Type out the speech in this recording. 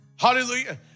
Hallelujah